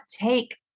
take